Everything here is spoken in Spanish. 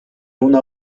una